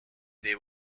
they